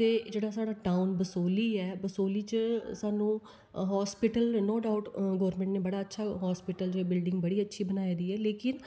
ते जेहड़ा साढ़ा टाउण बसोह्ली ऐ बसोह्ली ने स्हानू हाॅस्पिटल गवर्नमेंट दी बिलडिंग बड़ी अच्छी बनाई दी ऐ लेकिन